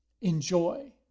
Enjoy